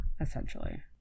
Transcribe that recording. essentially